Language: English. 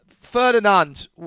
Ferdinand